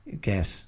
get